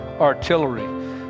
artillery